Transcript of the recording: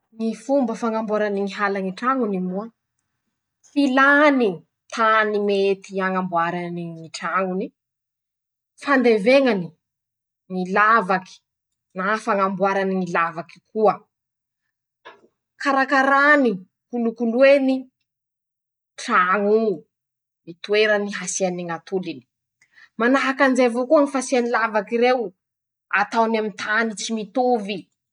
Ñy fomba fañamboarany ñy hala ñy trañony moa: -Hilany tany mety hañamboarany ñy trañony, fandeveñany ñy lavaky. na fañamboarany ñy lavaky koa ;karakarany. kolokoloeny traño o. toera hasiany ñ'atoliny. manahaky anizay avao koa fasiany lavaky reo. ataony aminy tany tsy mitovy.